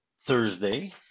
Thursday